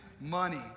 money